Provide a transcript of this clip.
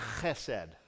Chesed